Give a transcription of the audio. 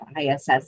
ISS